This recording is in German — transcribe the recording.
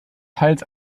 teils